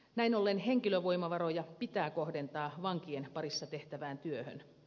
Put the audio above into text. näin ollen henkilövoimavaroja pitää kohdentaa vankien parissa tehtävään työhön